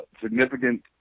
significant